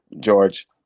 George